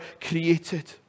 created